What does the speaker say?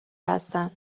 هستند